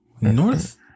North